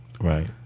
Right